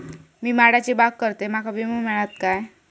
मी माडाची बाग करतंय माका विमो मिळात काय?